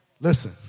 Listen